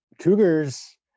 cougars